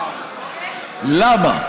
למה?